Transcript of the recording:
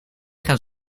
gaan